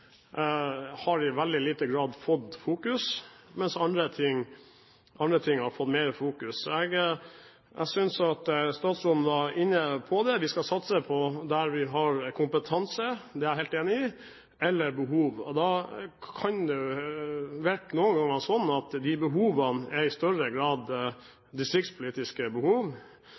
har i veldig liten grad fått fokus, mens andre ting har fått mer fokus. Jeg synes at statsråden var inne på det. Vi skal satse der vi har kompetanse – det er jeg helt enig i – eller behov. Da kan det noen ganger virke slik at de behovene i større grad er distriktspolitiske behov